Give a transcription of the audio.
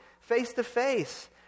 face-to-face